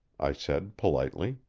i said politely.